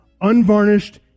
unvarnished